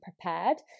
prepared